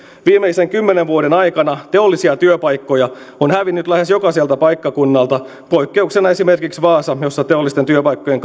viimeisen kymmenen vuoden aikana teollisia työpaikkoja on hävinnyt lähes jokaiselta paikkakunnalta poikkeuksena esimerkiksi vaasa jossa teollisten työpaikkojen